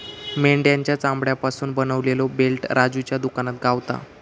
मेंढ्याच्या चामड्यापासून बनवलेलो बेल्ट राजूच्या दुकानात गावता